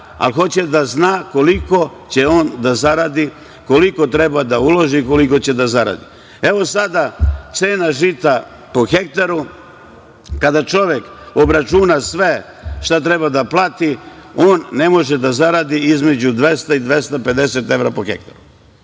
ali hoće da zna koliko će da zaradi, koliko treba da uloži, koliko će da zaradi. Evo sada cena žita po hektaru, kada čovek obračuna sve šta treba da plati on ne može da zaradi između 200 i 250 evra po hektaru.